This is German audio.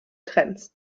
trends